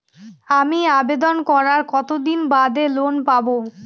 আমি আবেদন করার কতদিন বাদে লোন পাব?